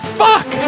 fuck